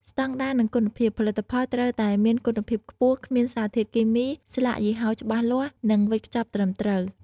ស្តង់ដារ និងគុណភាព ផលិតផលត្រូវតែមានគុណភាពខ្ពស់ គ្មានសារធាតុគីមី ស្លាកយីហោច្បាស់លាស់ និងវេចខ្ចប់ត្រឹមត្រូវ។